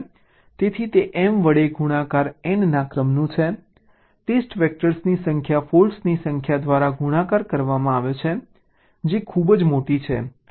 તેથી તે m વડે ગુણાકાર n ના ક્રમનું છે ટેસ્ટ વેક્ટર્સની સંખ્યા ફોલ્ટની સંખ્યા દ્વારા ગુણાકાર કરવામાં આવે છે જે ખૂબ મોટી છે